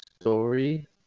story